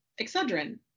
Excedrin